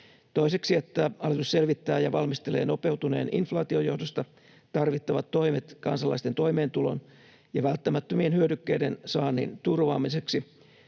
toiseksi, että hallitus selvittää ja valmistelee nopeutuneen inflaation johdosta tarvittavat toimet kansalaisten toimeentulon ja välttämättömien hyödykkeiden saannin turvaamiseksi;